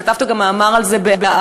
וכתבת גם מאמר על זה ב"הארץ".